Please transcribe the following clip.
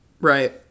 Right